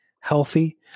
healthy